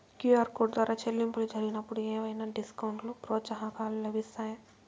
QR code ద్వారా చెల్లింపులు జరిగినప్పుడు ఏవైనా డిస్కౌంట్ లు, ప్రోత్సాహకాలు లభిస్తాయా?